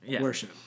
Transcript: worship